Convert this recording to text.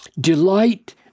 Delight